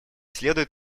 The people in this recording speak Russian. следует